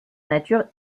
nature